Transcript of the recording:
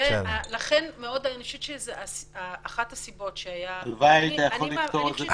אני חושבת שזו אחת הסיבות --- הלוואי היית יכול לפתור את זה כאן.